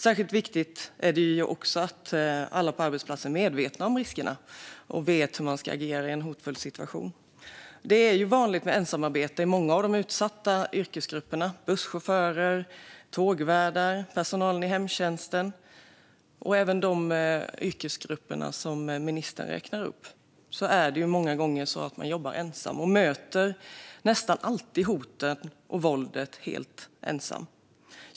Särskilt viktigt är det att alla på arbetsplatsen är medvetna om riskerna och vet hur man ska agera i en hotfull situation. Det är vanligt med ensamarbete i många av de utsatta yrkesgrupperna. Busschaufförer, tågvärdar, personalen i hemtjänsten och även de i de yrkesgrupper som ministern räknar upp jobbar många gånger ensamma. Och de möter nästan alltid hoten och våldet helt ensamma.